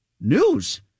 news